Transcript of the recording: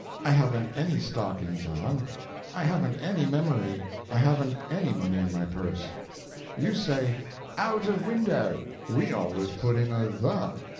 i haven't any stockings on i haven't any memory i haven't any money in my purse you say out of window we always put in a the.